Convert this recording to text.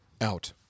out